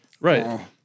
Right